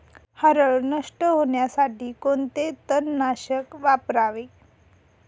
हरळ नष्ट होण्यासाठी कोणते तणनाशक वापरावे?